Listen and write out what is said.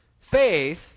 Faith